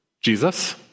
Jesus